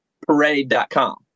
parade.com